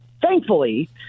thankfully